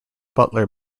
butler